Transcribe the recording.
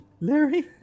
Larry